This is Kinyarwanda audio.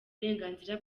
uburenganzira